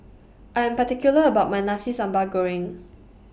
I Am particular about My Nasi Sambal Goreng